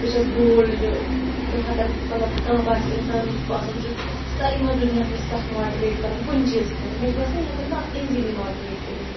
بہٕ چھَس بولڈ بہٕ ہٮ۪کن مطلب کانٛہہ باسہِ اِنسان یُس باسان چھُ ساروے منٛز دُنیاہَس منٛز سکھ ماٹِویٹ کَرُن کُنہِ چیٖز خٲطرٕ مےٚ چھِ باسان یہِ ہٮ۪کَن بہٕ ایٖزِلی ماٹِویٹ کٔرِتھ